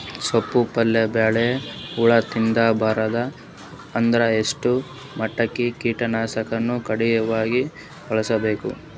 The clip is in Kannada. ತೊಪ್ಲ ಪಲ್ಯ ಬೆಳಿ ಹುಳ ತಿಂಬಾರದ ಅಂದ್ರ ಎಷ್ಟ ಮಟ್ಟಿಗ ಕೀಟನಾಶಕ ಕಡ್ಡಾಯವಾಗಿ ಬಳಸಬೇಕು?